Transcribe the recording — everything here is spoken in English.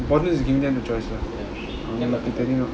important is you give them the choice lah